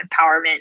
empowerment